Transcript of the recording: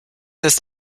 ist